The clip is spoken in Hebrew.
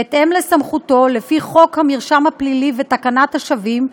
בהתאם לסמכותו לפי חוק המרשם הפלילי ותקנת השבים,